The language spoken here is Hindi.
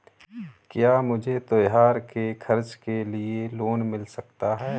क्या मुझे त्योहार के खर्च के लिए लोन मिल सकता है?